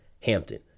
Hampton